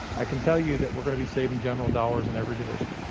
i can tell you that we're gonna be saving general dollars in every division.